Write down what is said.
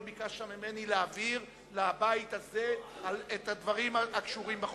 ביקשת ממני להבהיר לבית הזה את הדברים הקשורים בחוק.